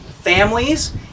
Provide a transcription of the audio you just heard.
families